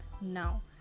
Now